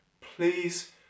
Please